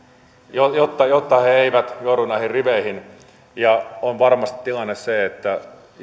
jotta jotta he he eivät joudu näihin riveihin on varmasti tilanne se että